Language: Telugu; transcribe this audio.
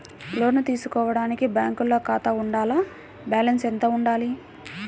లోను తీసుకోవడానికి బ్యాంకులో ఖాతా ఉండాల? బాలన్స్ ఎంత వుండాలి?